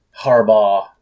Harbaugh